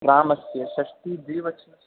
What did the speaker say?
रामस्य षष्ठी द्विवचनस्य रूपं